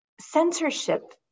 Censorship